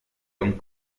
john